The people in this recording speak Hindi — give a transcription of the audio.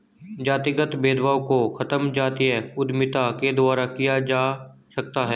जातिगत भेदभाव को खत्म जातीय उद्यमिता के द्वारा किया जा सकता है